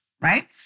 right